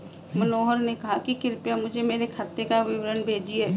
मनोहर ने कहा कि कृपया मुझें मेरे खाते का विवरण भेजिए